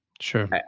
Sure